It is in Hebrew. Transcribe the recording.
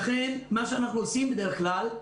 לכן מה שאנחנו עושים בדרך-כלל,